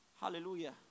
Hallelujah